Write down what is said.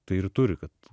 tai ir turi kad